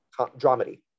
dramedy